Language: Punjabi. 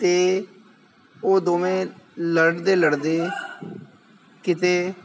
ਅਤੇ ਉਹ ਦੋਵੇਂ ਲੜਦੇ ਲੜਦੇ ਕਿਤੇ